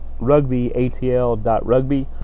rugbyatl.rugby